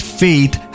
faith